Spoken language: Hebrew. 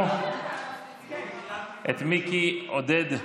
את עודד,